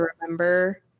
remember